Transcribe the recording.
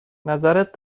نظرت